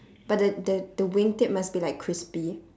but the the wing tip must be like crispy